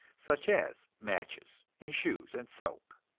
such as matches and shoes and soap.